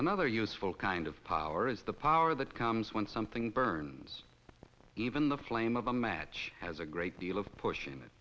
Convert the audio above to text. another useful kind of power is the power that comes when something burns even the flame of a match has a great deal of pushing it